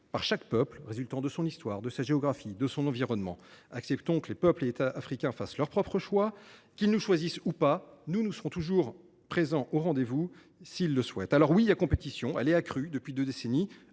par chaque peuple de son histoire, de sa géographie et de son environnement. Acceptons que les peuples et États africains fassent leurs propres choix. Qu’ils nous choisissent ou pas, nous répondrons toujours présent au rendez vous, s’ils le souhaitent. Oui, il y a une compétition et elle est accrue depuis deux décennies.